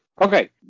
Okay